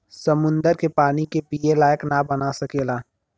समुन्दर के पानी के पिए लायक ना बना सकेला